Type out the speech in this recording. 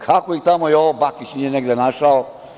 Kako ih tamo Jovo Bakić nije negde našao?